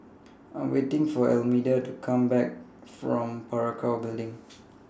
I Am waiting For Almedia to Come Back from Parakou Building